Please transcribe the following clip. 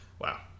Wow